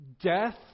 death